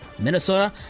Minnesota